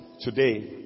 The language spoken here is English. today